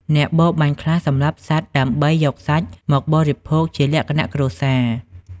អ្នកបរបាញ់ខ្លះសម្លាប់សត្វដើម្បីយកសាច់មកបរិភោគជាលក្ខណៈគ្រួសារ។